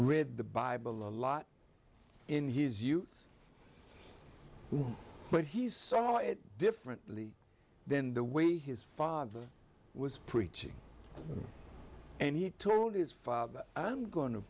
read the bible a lot in his youth but he saw it differently then the way his father was preaching and he told his father i'm going to